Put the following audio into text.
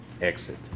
exit